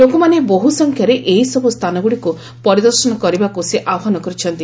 ଲୋକମାନେ ବହୁସଂଖ୍ୟାରେ ଏହିସବୁ ସ୍ଥାନଗୁଡ଼ିକୁ ପରିଦର୍ଶନ କରିବାକୁ ସେ ଆହ୍ୱାନ କରିଛନ୍ତି